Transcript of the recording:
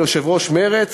יושבת-ראש מרצ,